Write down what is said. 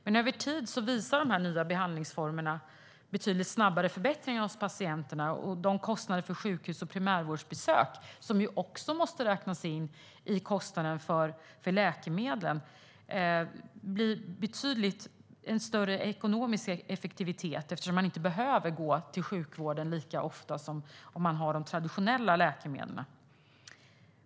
Men över tid visar de nya behandlingsformerna betydligt snabbare förbättringar hos patienterna, och med tanke på de kostnader för sjukhus och primärvårdsbesök som också måste räknas in i kostnaden för läkemedlen blir det betydligt större ekonomisk effektivitet, eftersom man inte behöver gå till sjukvården lika ofta som om man har de traditionella läkemedlen.